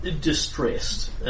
distressed